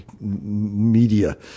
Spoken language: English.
media